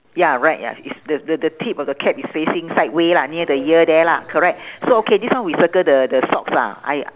ya right ya is the the the tip of the cap is facing side way lah near the ear there lah correct so okay this one we circle the the socks lah I